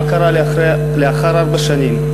מה קרה לאחר ארבע שנים?